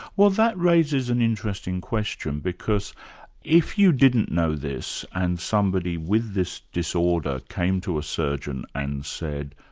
well that raises an interesting question, because if you didn't know this, and somebody with this disorder came to a surgeon and said,